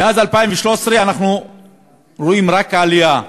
מאז 2013 אנחנו רואים רק עלייה,